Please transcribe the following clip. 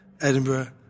Edinburgh